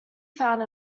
found